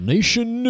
Nation